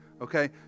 okay